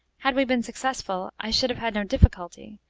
had we been successful i should have had no difficulty,